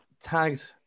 tagged